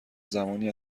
زمانی